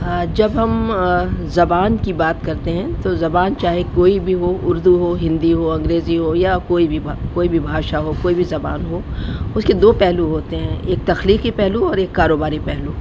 جب ہم زبان کی بات کرتے ہیں تو زبان چاہے کوئی بھی ہو اردو ہو ہندی ہو انگریزی ہو یا کوئی بھی کوئی بھی بھاشا ہو کوئی بھی زبان ہو اس کے دو پہلو ہوتے ہیں ایک تخلیقی پہلو اور ایک کاروباری پہلو